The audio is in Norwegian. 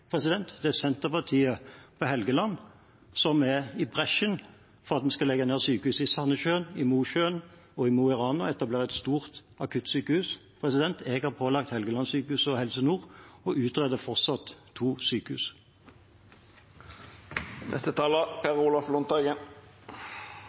det er Senterpartiet på Helgeland som går i bresjen for at en skal legge ned sykehusene i Sandessjøen, i Mosjøen og i Mo i Rana og etablere et stort akuttsykehus. Jeg har pålagt Helgelandssykehuset og Helse Nord å utrede fortsatt to